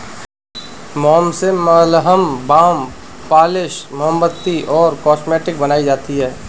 मोम से मलहम, बाम, पॉलिश, मोमबत्ती और कॉस्मेटिक्स बनाई जाती है